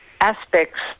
aspects